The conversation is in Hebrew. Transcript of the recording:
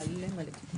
מלא מלא.